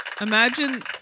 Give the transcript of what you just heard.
Imagine